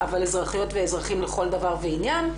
אבל אזרחיות ואזרחים לכל דבר ועניין.